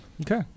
Okay